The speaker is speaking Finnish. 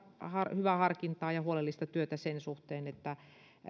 hyvää harkintaa ja ja huolellista työtä sen suhteen